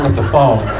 the phone.